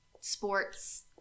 sports